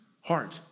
heart